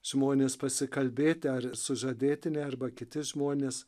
žmonės pasikalbėti ar sužadėtinė arba kiti žmonės